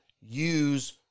use